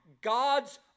god's